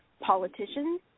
politicians